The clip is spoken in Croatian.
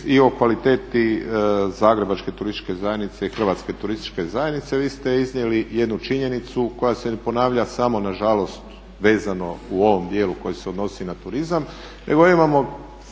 i o kvaliteti Zagrebačke turističke zajednice i Hrvatske turističke zajednice. Vi ste iznijeli jednu činjenicu koja se ponavlja samo nažalost vezano u ovom dijelu koji se odnosi na turizam. Imamo